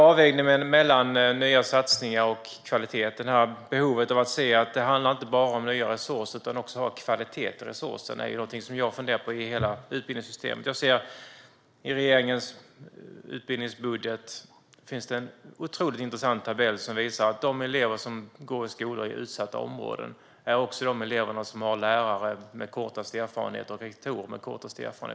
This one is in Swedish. Avvägningen mellan nya satsningar och kvalitet - behovet av att se att det inte bara handlar om nya resurser utan att man också ska ha kvalitet i resurserna - är något som jag funderar på när det gäller hela utbildningssystemet. I regeringens utbildningsbudget finns en otroligt intressant tabell som visar att de elever som går i skolor i utsatta områden också är de elever som har lärare och rektorer med kortast erfarenhet.